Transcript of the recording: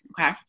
Okay